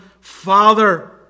father